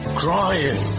crying